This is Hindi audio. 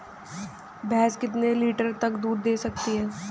भैंस कितने लीटर तक दूध दे सकती है?